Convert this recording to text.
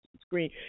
screen